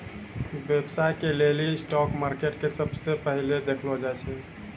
व्यवसाय के लेली स्टाक मार्केट के सबसे पहिलै देखलो जाय छै